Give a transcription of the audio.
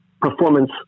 performance